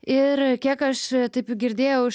ir kiek aš taip girdėjau iš